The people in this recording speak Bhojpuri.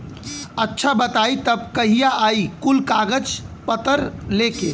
अच्छा बताई तब कहिया आई कुल कागज पतर लेके?